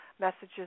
messages